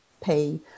pay